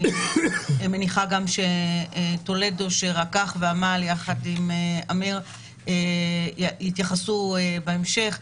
אני מניחה שגם טולדו שרקח ועמל יחד עם אמיר יתייחסו בהמשך.